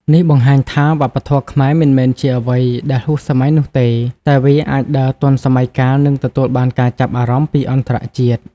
នេះបង្ហាញថាវប្បធម៌ខ្មែរមិនមែនជាអ្វីដែលហួសសម័យនោះទេ តែវាអាចដើរទាន់សម័យកាលនិងទទួលបានការចាប់អារម្មណ៍ពីអន្តរជាតិ។